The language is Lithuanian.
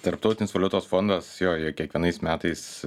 tarptautinis valiutos fondas jo jie kiekvienais metais